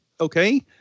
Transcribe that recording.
okay